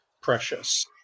precious